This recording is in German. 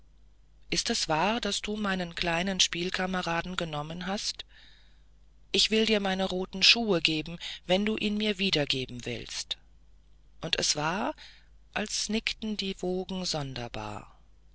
ist es wahr daß du meinen kleinen spielkameraden genommen hast ich will dir meine roten schuhe geben wenn du mir ihn wiedergeben willst und es war als nickten die wogen sonderbar